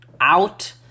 out